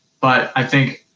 but i think,